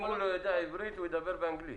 אם הוא לא יודע עברית, הוא ידבר באנגלית?